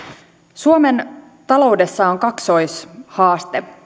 suomen taloudessa on kaksoishaaste